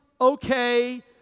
okay